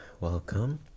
welcome